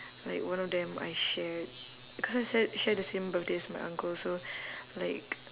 like one of them I shared because I share share the same birthday as my uncle so like